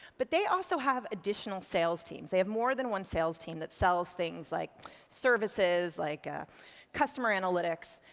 but they also have additional sales teams, they have more than one sales team that sells things like services, like ah customer analytics.